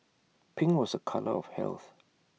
pink was A colour of health